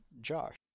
Josh